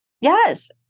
yes